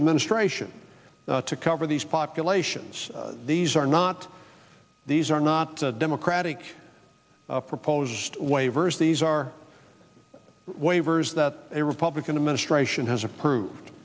administration to cover these populations these are not these are not democratic proposed waivers these are waivers that a republican administration has approved